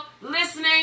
listening